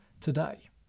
today